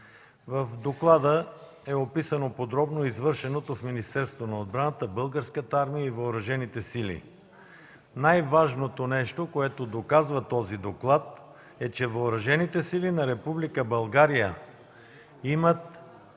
В него е описано подробно извършеното в Министерството на отбраната, Българската армия и Въоръжените сили. Най-важното нещо, което доказва този доклад, е, че Въоръжените сили на Република България имат